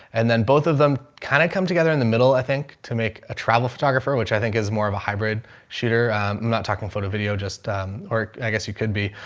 and then both of them kind of come together in the middle, i think to make a travel photographer, which i think is more of a hybrid shooter. i'm not talking photo video, just um, or i guess you could be,